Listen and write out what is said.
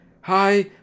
hi